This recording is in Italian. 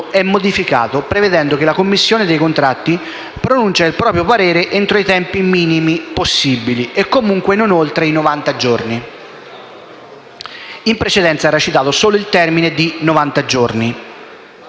è modificato prevedendo che «la commissione dei contratti pronuncia il proprio parere entro i tempi minimi possibili e comunque non oltre i 90 giorni». In precedenza era citato solo il termine di novanta giorni.